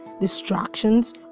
distractions